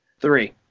Three